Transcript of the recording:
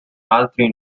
altri